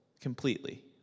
completely